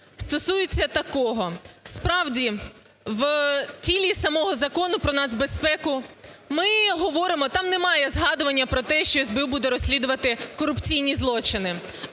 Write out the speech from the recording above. стосується такого. Справді, в тілі самого Закону про нацбезпеку ми говоримо, там немає згадування про те, що СБУ буде розслідувати корупційні злочини.